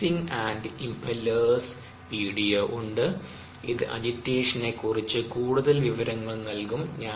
mixing and impellers 2 വീഡിയോഉണ്ട് ഇത് അജിറ്റേഷനെ കുറിച്ച് കൂടുതൽ വിവരങ്ങൾ നൽകും